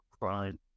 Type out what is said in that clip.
crime